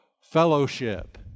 Fellowship